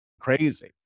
crazy